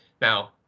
Now